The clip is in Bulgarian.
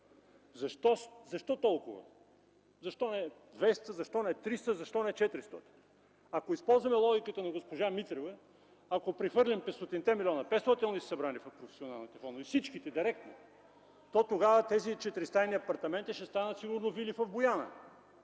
Защо толкова? Защо не 200, защо не 300, защо не 400?! Ако използваме логиката на госпожа Митрева, ако прехвърлим 500 милиона – 500 ли са събрани в професионалните фондове, всичките директно, то тогава тези 4-стайни апартаменти ще станат сигурно вили в Бояна.